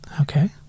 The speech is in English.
Okay